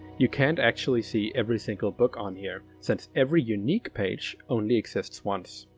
you can't actually see every single book on here, since every unique page only exists once.